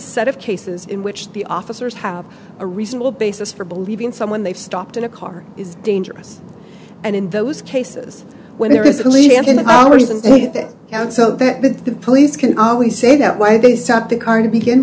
set of cases in which the officers have a reasonable basis for believing someone they've stopped in a car is dangerous and in those cases when there is a lead out so that the police can always say that why they stopped the car to begin